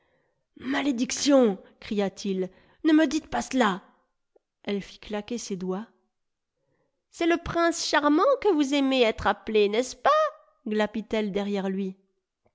malédiction cria-t-il ne me dites pas cela elle fit claquer ses doigts c'est le prince charmant que vous aimez être appelé n'est-ce pas glapit elle derrière lui